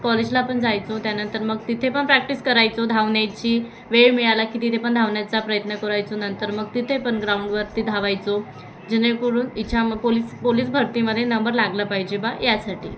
कॉलेजला पण जायचो त्यानंतर मग तिथे पण प्रॅक्टिस करायचो धावण्याची वेळ मिळाला की तिथे पण धावण्याचा प्रयत्न करायचो नंतर मग तिथे पण ग्राउंडवरती धावायचो जेणेकरून इच्छा पोलीस पोलीस भरतीमध्ये नंबर लागला पाहिजे बा यासाठी